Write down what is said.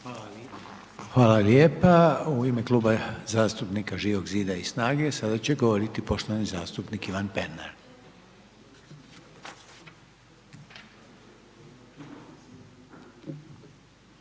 Hvala lijepa, u ime Kluba zastupnika Živog zida i SNAGE sada će govoriti poštovani zastupnik Ivan Pernar.